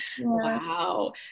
Wow